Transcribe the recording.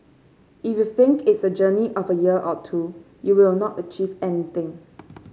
if you think it's a journey of a year or two you will not achieve anything